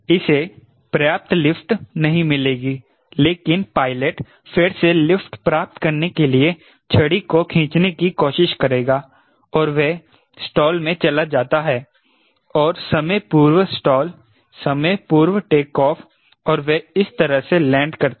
इसे पर्याप्त लिफ्ट नहीं मिलेगि लेकिन पायलट फिर से लिफ्ट प्राप्त करने के लिए छड़ी को खींचने की कोशिश करेगा और वह स्टाल में चला जाता है और समयपूर्व स्टाल समयपूर्व टेकऑफ़ और वह इस तरह से लैंड करता है